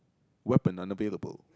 weapon unavailable